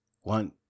one